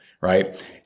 right